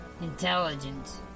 Intelligence